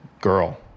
girl